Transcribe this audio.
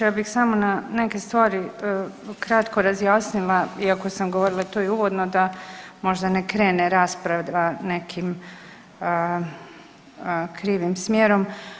Ja bih samo na neke stvari kratko razjasnila iako sam govorila to i uvodno da možda ne krene rasprava nekim krivim smjerom.